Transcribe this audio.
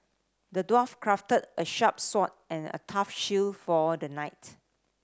the dwarf crafted a sharp sword and a tough shield for the knight